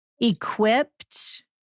equipped